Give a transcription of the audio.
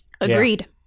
Agreed